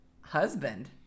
husband